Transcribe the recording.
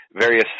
various